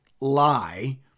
lie